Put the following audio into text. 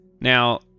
Now